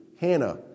Hannah